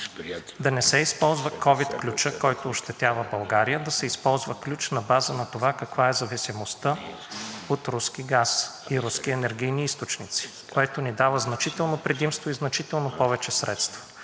да не се използва ковид ключът, който ощетява България, а да се използва ключ на базата на това каква е зависимостта от руски газ и руски енергийни източници, което ни дава значително предимство и значително повече средства,